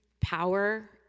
power